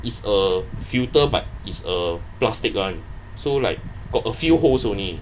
is a filter but is a plastic [one] so like got a few holes only